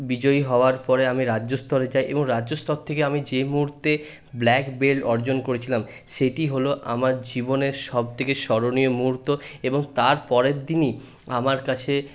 বিজয়ী হবার পরে আমি রাজ্যস্তরে যাই এবং রাজ্যস্তর থেকে আমি যে মুহূর্তে ব্ল্যাক ব্লেট অর্জন করেছিলাম সেটি হলো আমার জীবনের সবথেকে স্মরণীয় মুহূর্ত এবং তারপরের দিনই আমার কাছে